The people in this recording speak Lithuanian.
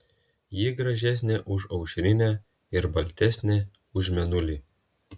ji gražesnė už aušrinę ir baltesnė už mėnulį